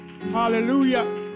Hallelujah